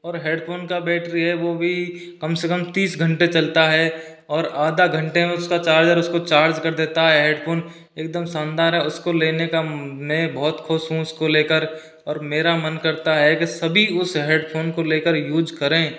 और हेडफोन का बैटरी है वह भी कम से कम तीस घंटे चलता है और आधा घंटे मे उसका चार्जर उसको चार्ज कर देता है हेडफोन एकदम शानदार है उसको लेने का मैं बहुत खुश हूँ इसको लेकर और मेरा मन करता है की सभी उस हेडफोन को लेकर यूज करें